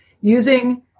using